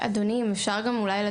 אני נועל את